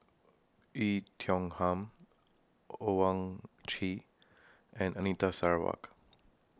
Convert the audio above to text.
Oei Tiong Ham Owyang Chi and Anita Sarawak